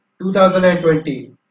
2020